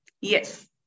Yes